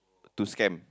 to scam